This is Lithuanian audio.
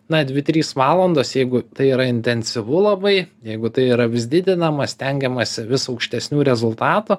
na dvi trys valandos jeigu tai yra intensyvu labai jeigu tai yra vis didinama stengiamasi vis aukštesnių rezultatų